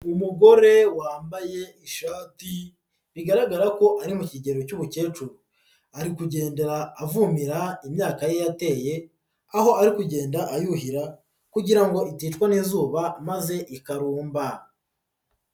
Umugore wambaye ishati bigaragara ko ari mu kigero cy'ubukecuru. Ari kugendera avomera imyaka ye yateye, aho ari kugenda ayuhira kugira ngo iticwa n'izuba maze ikarumba.